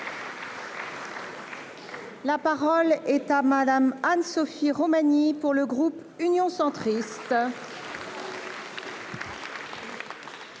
La parole est à Mme Anne Sophie Romagny, pour le groupe Union Centriste.